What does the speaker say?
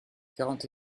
quarante